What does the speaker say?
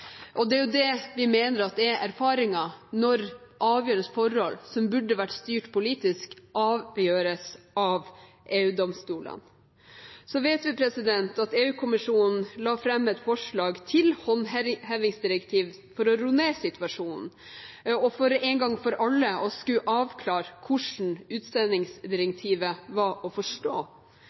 Det er det vi mener er erfaringen, når forhold som burde vært styrt politisk, avgjøres av EU-domstolene. Så vet vi at EU-kommisjonen la fram et forslag til håndhevingsdirektiv for å roe ned situasjonen og en gang for alle avklare hvordan utsendingsdirektivet var å forstå.